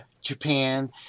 japan